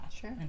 sure